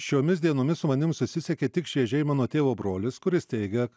šiomis dienomis su manim susisiekė tik šviežiai mano tėvo brolis kuris teigia